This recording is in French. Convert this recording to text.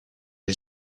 est